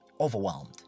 overwhelmed